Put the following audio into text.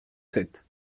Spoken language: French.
sept